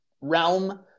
realm